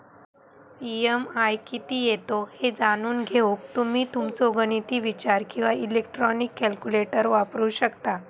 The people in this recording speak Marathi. ई.एम.आय किती येता ह्या जाणून घेऊक तुम्ही तुमचो गणिती विचार किंवा इलेक्ट्रॉनिक कॅल्क्युलेटर वापरू शकता